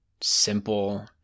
simple